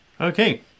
Okay